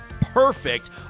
perfect